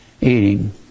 eating